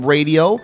Radio